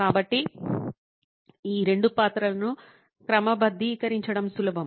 కాబట్టి ఈ రెండు పాత్రలను క్రమబద్ధీకరించడం సులభం